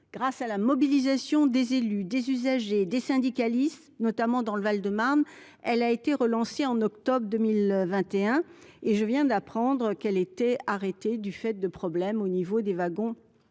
Grâce à la mobilisation des élus, des usagers et des syndicalistes, notamment dans le Val de Marne, elle a été relancée en octobre 2021. Or je viens d’apprendre qu’elle était de nouveau arrêtée du fait de problèmes liés aux wagons